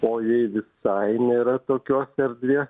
o jei visai nėra tokios erdvės